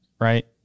Right